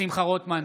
שמחה רוטמן,